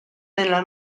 nella